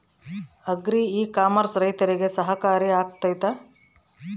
Agri e commerce ರೈತರಿಗೆ ಸಹಕಾರಿ ಆಗ್ತೈತಾ?